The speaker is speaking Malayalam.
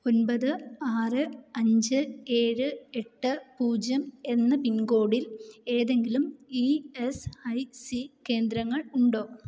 ഒൻപത് ആറ് അഞ്ച് ഏഴ് എട്ട് പൂജ്യം എന്ന പിൻകോഡിൽ ഏതെങ്കിലും ഇ എസ് ഐ സി കേന്ദ്രങ്ങൾ ഉണ്ടോ